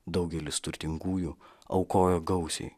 daugelis turtingųjų aukojo gausiai